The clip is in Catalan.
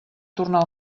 tornar